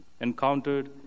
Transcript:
encountered